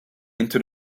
into